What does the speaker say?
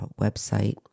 website